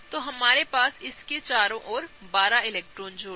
तो हमारे पास इसके चारों ओर 12 इलेक्ट्रॉन जोड़े हैं